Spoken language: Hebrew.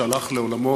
שהלך לעולמו